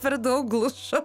per daug gluša